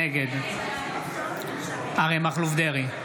נגד אריה מכלוף דרעי,